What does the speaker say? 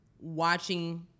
watching